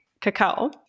cacao